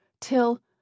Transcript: till